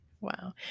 Wow